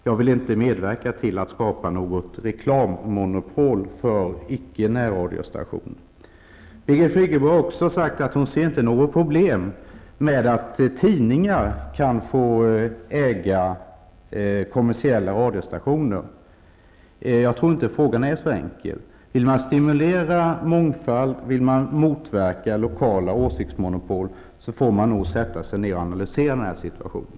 Jag vill inte medverka till att reklammonopol skapas för icke-närradiostationer. Vidare har Birgit Friggebo sagt att hon inte ser att det skulle vara ett problem att tidningar kan få äga kommersiella radiostationer. Jag tror inte att frågan är så enkel. Vill man stimulera mångfald och motverka lokala åsiktsmonopol får man nog sätta sig ned och analysera situationen.